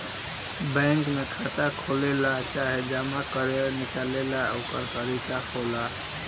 bank में खाता खोलेला चाहे जमा करे निकाले ला ओकर तरीका होखेला